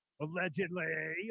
Allegedly